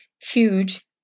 huge